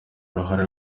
uruhare